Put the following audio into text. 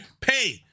pay